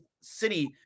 city